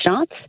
shots